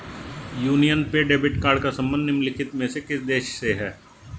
Union pay debit card का संबंध निम्नलिखित में से किस देश से है?